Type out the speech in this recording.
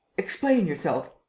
explain yourself.